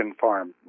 farm